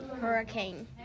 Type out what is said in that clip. hurricane